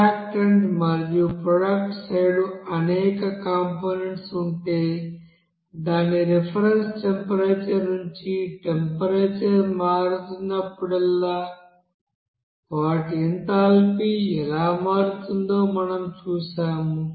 reactance మరియు product side అనేక components ఉంటే దాని రిఫరెన్స్ టెంపరేచర్ నుండి టెంపరేచర్ మారుతున్నప్పుడల్లా వాటి ఎంథాల్పీ ఎలా మారుతుందో మనం చూశాము